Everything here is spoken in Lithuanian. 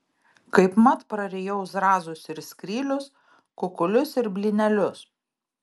kaipmat prarijau zrazus ir skrylius kukulius ir blynelius